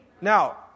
Now